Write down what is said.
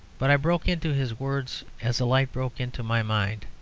but i broke into his words as a light broke into my mind.